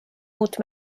uut